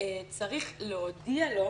צריך להודיע לו.